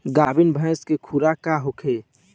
गाभिन भैंस के खुराक का होखे?